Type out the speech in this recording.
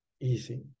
easy